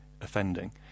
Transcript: offending